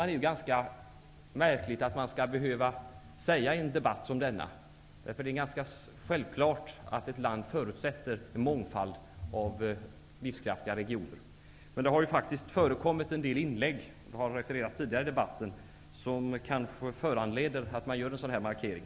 Det är ganska märkligt att man skall behöva säga detta i en debatt som denna, eftersom en mångfald av livskraftiga regioner är en förutsättning för ett lands utveckling. Men det har faktiskt förekommit en del inlägg, vilka föranleder en sådan här markering.